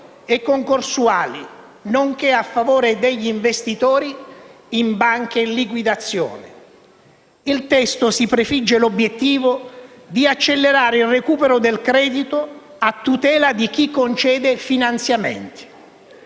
e concorsuali, nonché a favore degli investitori in banche in liquidazione». Il testo si prefigge l'obiettivo di accelerare il recupero del credito a tutela di chi concede finanziamenti.